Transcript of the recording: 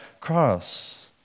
cross